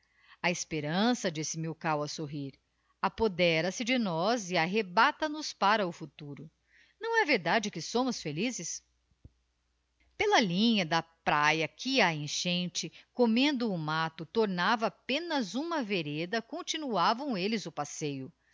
a esperança disse milkau a sorrir apoderase de nós e arrebata nos para o futuro não é verdade que somos felizes pela linha da praia que a enchente comendo o matto tornava apenas uma vereda continuavam elles o passeio